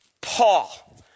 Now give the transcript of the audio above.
Paul